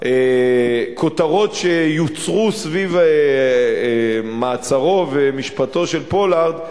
בתביעה ובכותרות שיוצרו סביב מעצרו ומשפטו של פולארד,